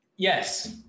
Yes